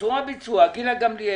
הממשלה בזמנו